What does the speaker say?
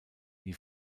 die